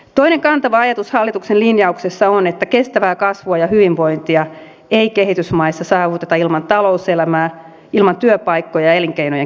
toinen kantava ajatus hallituksen linjauksessa on että kestävää kasvua ja hyvinvointia ei kehitysmaissa saavuteta ilman talouselämää työpaikkoja ja elinkeinojen kehittymistä